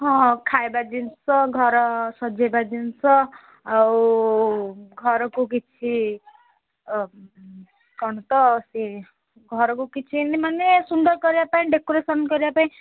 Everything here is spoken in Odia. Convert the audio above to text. ହଁ ଖାଇବା ଜିନିଷ ଘର ସଜେଇବା ଜିନିଷ ଆଉ ଘରକୁ କିଛି କଣ ତ ସେ ଘରକୁ କିଛି ଯେମିତି ମାନେ ସୁନ୍ଦର କରିବା ପାଇଁ ଡେକୋରେସନ କରିବା ପାଇଁ